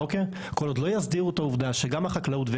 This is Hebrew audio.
כל עוד לא יסדירו את העובדה שגם החקלאות,